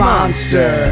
Monster